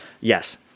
yes